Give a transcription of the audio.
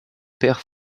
pères